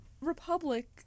Republic